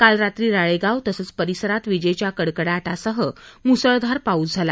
काल रात्री राळेगाव तसंच परिसरात विजेच्या कडकडाटासह मुसळधार पाऊस झाला